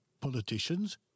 Politicians